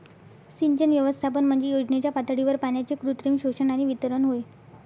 सिंचन व्यवस्थापन म्हणजे योजनेच्या पातळीवर पाण्याचे कृत्रिम शोषण आणि वितरण होय